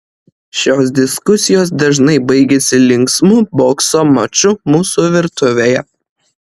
šios diskusijos dažnai baigiasi linksmu bokso maču mūsų virtuvėje